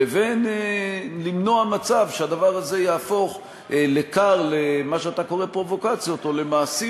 לבין למנוע מצב שהדבר הזה יהפוך לכר למה שאתה קורא פרובוקציות או למעשים